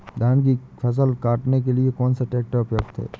धान की फसल काटने के लिए कौन सा ट्रैक्टर उपयुक्त है?